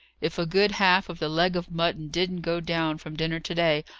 if a good half of the leg of mutton didn't go down from dinner to-day,